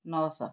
ନଅଶହ